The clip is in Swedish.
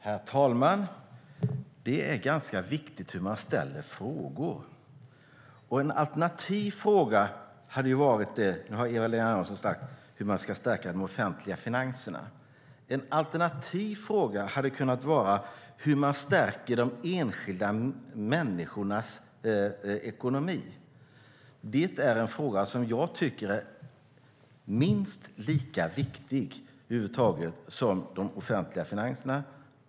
Herr talman! Det är ganska viktigt hur man ställer frågor. Eva-Lena Jansson har frågat hur regeringen ska stärka de offentliga finanserna. En alternativ fråga hade kunnat vara hur man stärker de enskilda människornas ekonomi. Det är en fråga som jag tycker är minst lika viktig som de offentliga finanserna.